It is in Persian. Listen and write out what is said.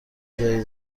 جایی